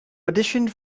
auditioned